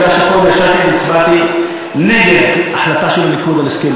אני ישבתי פה והצבעתי נגד החלטה של הליכוד על הסכם